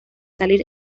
salir